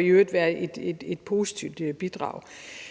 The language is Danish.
i øvrigt være et positivt bidrag?